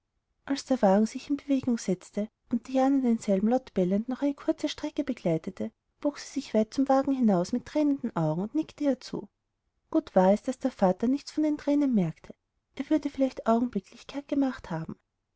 als der wagen sich in bewegung setzte und diana denselben laut bellend noch eine kurze strecke begleitete bog sie sich weit zum wagen hinaus mit thränenden augen und nickte ihr zu gut war es daß der vater nichts von den thränen merkte er würde vielleicht augenblicklich kehrt gemacht haben